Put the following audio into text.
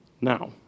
Now